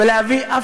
אף